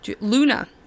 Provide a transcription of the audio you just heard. Luna